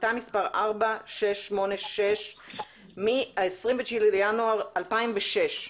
החלטה מס' 4686 מה-29 בינואר 2006,